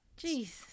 Jeez